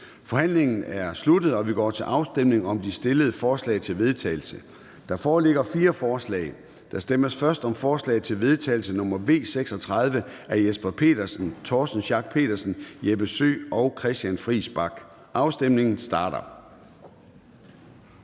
Forhandlingen er sluttet, og vi går til afstemning om de fremsatte forslag til vedtagelse. Der foreligger fire forslag. Der stemmes først om forslag til vedtagelse nr. V 36 af Jesper Petersen (S), Torsten Schack Pedersen (V), Jeppe Søe (M) og Christian Friis Bach (RV). Afstemningen starter.